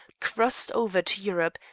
crossed over to europe,